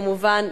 כמובן,